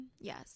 Yes